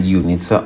units